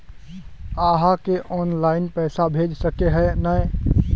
आहाँ के ऑनलाइन पैसा भेज सके है नय?